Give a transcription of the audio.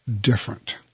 different